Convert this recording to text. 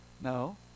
No